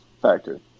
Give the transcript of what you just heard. factor